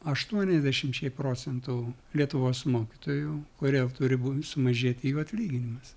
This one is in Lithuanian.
aštuoniasdešimčiai procentų lietuvos mokytojų kurie turi būti sumažėti jų atlyginimas